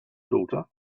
daughter